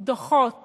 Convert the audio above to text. דוחות